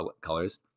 colors